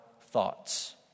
thoughts